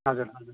हजुर हजुर